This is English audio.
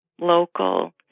local